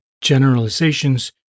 Generalizations